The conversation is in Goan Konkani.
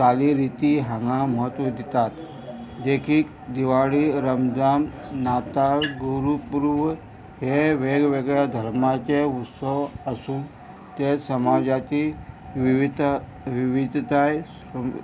काली रिती हांगा म्हत्व दितात देखीक दिवाळी रमजाम नातळ गोरुपूर्व हे वेगवेगळ्या धर्माचे उत्सव आसूं ते समाजाची विविध विविधताय